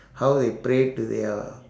how they pray to their